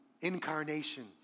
Incarnation